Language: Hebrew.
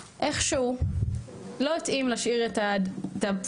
איך שהוא לא התאים להשאיר את הפונקציה